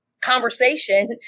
conversation